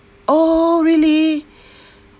oh really